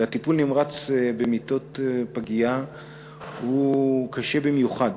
מצב מיטות הטיפול הנמרץ בפגיות הוא קשה במיוחד.